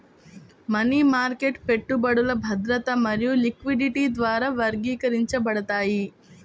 money market పెట్టుబడులు భద్రత మరియు లిక్విడిటీ ద్వారా వర్గీకరించబడతాయి